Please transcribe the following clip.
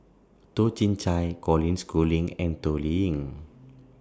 Toh Chin Chye Colin Schooling and Toh Liying